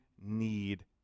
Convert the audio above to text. need